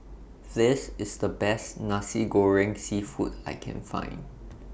This IS The Best Nasi Goreng Seafood that I Can Find